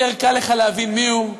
יותר קל לך להבין מיהו,